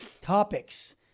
topics